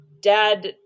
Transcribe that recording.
dad